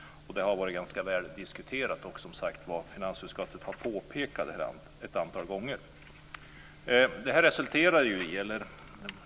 Det har varit ganska väl diskuterat, och som sagt var har finansutskottet påpekat detta ett antal gånger.